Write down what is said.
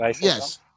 yes